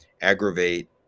aggravate